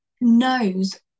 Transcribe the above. knows